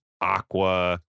Aqua